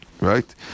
Right